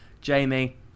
Jamie